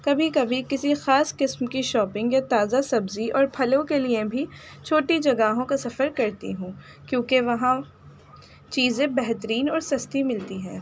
کبھی کبھی کسی خاص قسم کی شاپنگ یا تازہ سبزی اور پھلوں کے لیے بھی چھوٹی جگہوں کا سفر کرتی ہوں کیونکہ وہاں چیزیں بہترین اور سستی ملتی ہیں